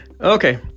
Okay